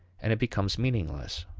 and it becomes meaningless.